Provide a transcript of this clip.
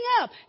up